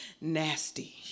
Nasty